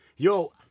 Yo